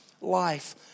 life